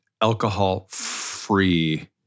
alcohol-free